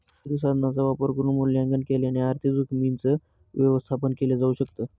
विविध साधनांचा वापर करून मूल्यांकन केल्याने आर्थिक जोखीमींच व्यवस्थापन केल जाऊ शकत